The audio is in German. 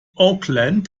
auckland